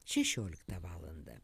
šešioliktą valandą